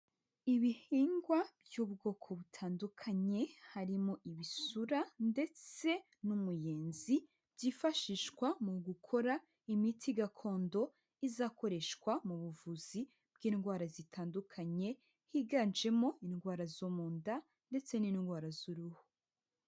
Ibihingwa by'ubwoko butandukanye harimo ibisura ndetse n'umuyenzi byifashishwa mu gukora imiti gakondo izakoreshwa mu buvuzi bw'indwara zitandukanye higanjemo, indwara zo mu nda ndetse n'indwara z'uruhu.